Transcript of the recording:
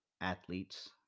athletes